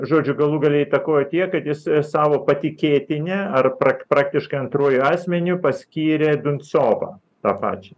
žodžiu galų gale įtakojo tiek kad jis savo patikėtine ar prak praktiškai antruoju asmeniu paskyrė binsovą tą pačią